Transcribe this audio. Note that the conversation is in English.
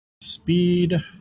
speed